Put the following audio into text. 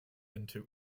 into